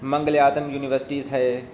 منگلیاتم universities ہے